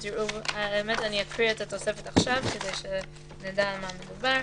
אני אקריא את התוספת עכשיו כדי שנדע על מה מדובר.